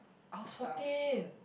I was fourteen